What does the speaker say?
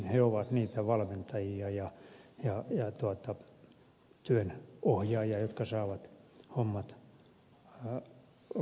he ovat niitä valmentajia ja työnohjaajia jotka saavat hommat luistamaan